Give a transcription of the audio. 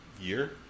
year